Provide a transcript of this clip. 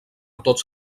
tots